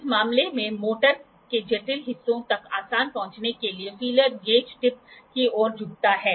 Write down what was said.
इस मामले में मोटर के जटिल हिस्सों तक आसान पहुंच के लिए फीलर गेज टिप की ओर झुकता है